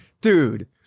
dude